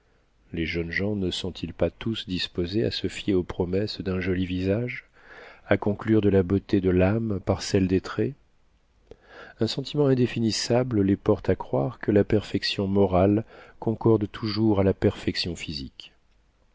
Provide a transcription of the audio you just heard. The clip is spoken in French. les jeunes gens ne sont-ils pas tous disposés à se fier aux promesses d'un joli visage à conclure de la beauté de l'âme par celle des traits un sentiment indéfinissable les porte à croire que la perfection morale concorde toujours à la perfection physique